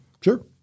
Sure